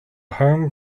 home